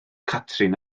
catrin